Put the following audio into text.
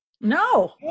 No